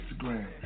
Instagram